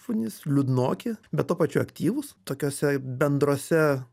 šunys liūdnoki bet tuo pačiu aktyvūs tokiose bendrose